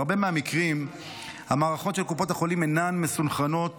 בהרבה מהמקרים המערכות של קופות החולים אינן מסונכרנות